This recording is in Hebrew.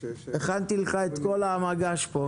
הכנתי לך את כל המגש פה.